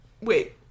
Wait